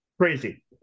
crazy